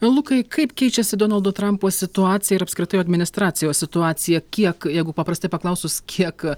lukai kaip keičiasi donaldo trampo situacija ir apskritai jo administracijos situacija kiek jeigu paprastai paklausus kiek